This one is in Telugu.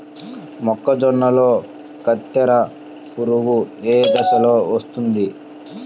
మొక్కజొన్నలో కత్తెర పురుగు ఏ దశలో వస్తుంది?